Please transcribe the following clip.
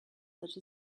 such